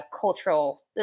cultural